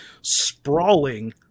sprawling